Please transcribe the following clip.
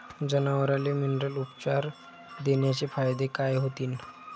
जनावराले मिनरल उपचार देण्याचे फायदे काय होतीन?